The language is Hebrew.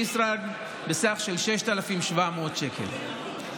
דיסרגרד בסך של כ-6,700 שקלים.